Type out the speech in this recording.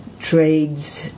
trades